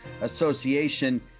Association